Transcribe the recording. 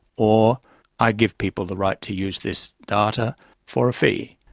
or i give people the right to use this data for a fee.